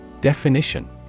Definition